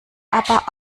aber